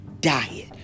diet